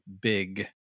big